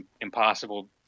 impossible